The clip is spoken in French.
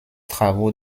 travaux